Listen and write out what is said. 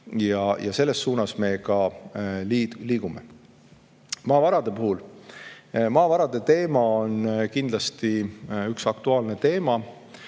Ja selles suunas me ka liigume. Maavarad. Maavarade teema on kindlasti aktuaalne teema.